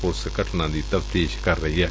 police ਘਟਨਾ ਦੀ ਤਫਤੀਸ਼ ਕਰ ਰਹੀ ਏ